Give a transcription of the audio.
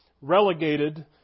relegated